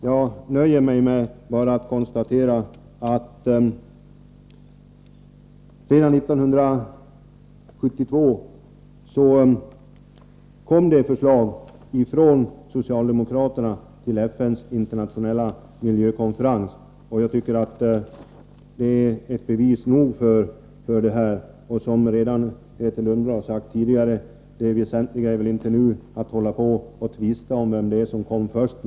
Jag nöjer mig med att konstatera att socialdemokraterna redan 1972 framlade ett förslag på FN:s internationella miljökonferens. Det är ett bevis nog. Såsom Grethe Lundblad sade tidigare är det väsentliga väl inte att tvista om vem som kom först.